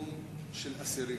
שיקום אסירים: